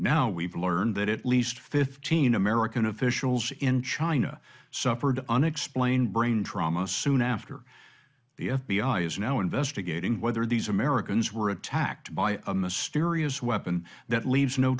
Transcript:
now we've learned that at least fifteen american officials in china suffered unexplained brain trauma soon after the f b i is now investigating whether these americans were attacked by a mysterious weapon that leaves no